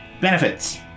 benefits